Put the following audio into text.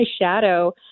shadow